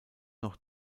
noch